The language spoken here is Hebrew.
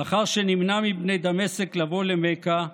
לאחר שנמנע מבני דמשק לבוא למכה,